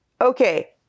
Okay